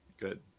good